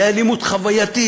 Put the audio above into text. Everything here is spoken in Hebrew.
זה היה לימוד חווייתי.